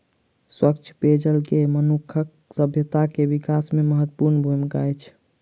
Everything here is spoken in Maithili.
स्वच्छ पेयजल के मनुखक सभ्यता के विकास में महत्वपूर्ण भूमिका अछि